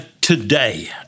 today